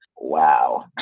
wow